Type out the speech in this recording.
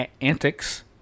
antics